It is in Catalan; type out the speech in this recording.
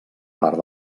part